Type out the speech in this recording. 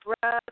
breath